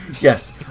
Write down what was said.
Yes